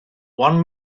one